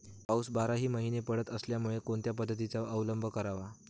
पाऊस बाराही महिने पडत असल्यामुळे कोणत्या पद्धतीचा अवलंब करावा?